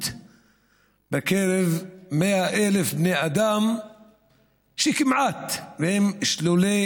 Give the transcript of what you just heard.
בקרב 100,000 בני אדם שהם כמעט משוללי